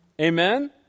Amen